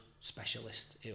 specialist